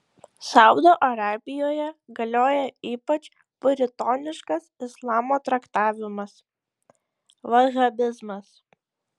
saudo arabijoje galioja ypač puritoniškas islamo traktavimas vahabizmas